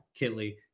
Kitley